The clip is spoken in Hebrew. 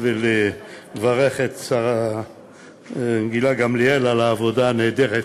לברך את השרה גילה גמליאל על העבודה הנהדרת,